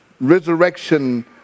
resurrection